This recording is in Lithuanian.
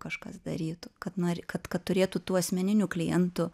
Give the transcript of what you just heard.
kažkas darytų kad nori kad kad turėtų tų asmeninių klientų